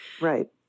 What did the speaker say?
Right